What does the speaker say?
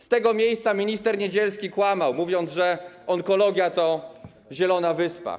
Z tego miejsca minister Niedzielski kłamał, mówiąc, że onkologia to zielona wyspa.